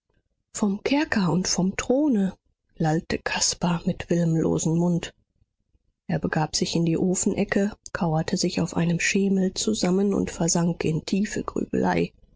vom kerker und vom throne lallte caspar mit willenlosem mund er begab sich in die ofenecke kauerte sich auf einem schemel zusammen und versank in tiefe